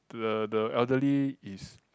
the the elderly is